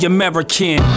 American